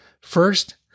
First